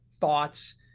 thoughts